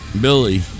Billy